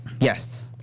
Yes